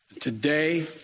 Today